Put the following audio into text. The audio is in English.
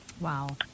Wow